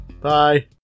Bye